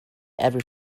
every